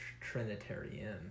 Trinitarian